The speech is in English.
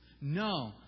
No